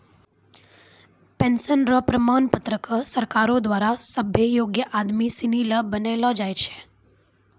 pension र प्रमाण पत्र क सरकारो द्वारा सभ्भे योग्य आदमी सिनी ल बनैलो जाय छै